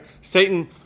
Satan